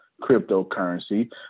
cryptocurrency